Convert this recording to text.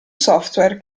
software